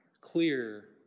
clear